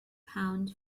pound